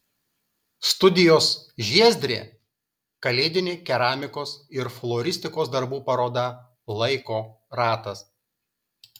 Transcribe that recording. studijos žiezdrė kalėdinė keramikos ir floristikos darbų paroda laiko ratas